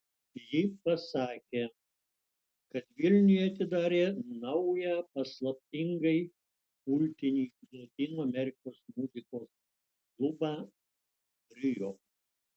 ji pasakė kad vilniuje atidarė naują paslaptingai kultinį lotynų amerikos muzikos klubą rio